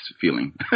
feeling